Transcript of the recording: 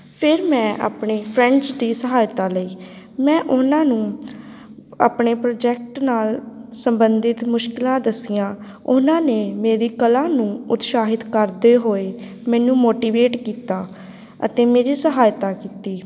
ਫਿਰ ਮੈਂ ਆਪਣੇ ਫਰੈਂਡਸ ਦੀ ਸਹਾਇਤਾ ਲਈ ਮੈਂ ਉਹਨਾਂ ਨੂੰ ਆਪਣੇ ਪ੍ਰੋਜੈਕਟ ਨਾਲ ਸੰਬੰਧਿਤ ਮੁਸ਼ਕਿਲਾਂ ਦੱਸੀਆਂ ਉਹਨਾਂ ਨੇ ਮੇਰੀ ਕਲਾ ਨੂੰ ਉਤਸ਼ਾਹਿਤ ਕਰਦੇ ਹੋਏ ਮੈਨੂੰ ਮੋਟੀਵੇਟ ਕੀਤਾ ਅਤੇ ਮੇਰੀ ਸਹਾਇਤਾ ਕੀਤੀ